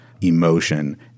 emotion